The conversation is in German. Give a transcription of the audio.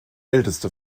älteste